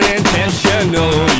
intentional